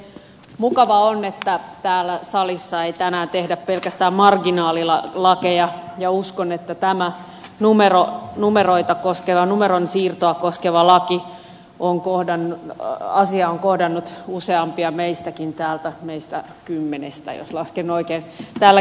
mukavaa on että täällä salissa ei tänään tehdä pelkästään marginaalilakeja ja uskon että tämä numeron siirtoa koskeva laki on kohdannut useimpia meistäkin meistä kymmenestä jos lasken oikein täälläkin salissa